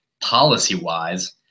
policy-wise